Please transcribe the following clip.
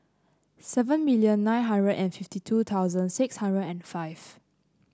seven million nine hundred and fifty two thousand six hundred and five